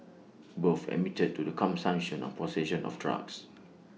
both admitted to the consumption of possession of drugs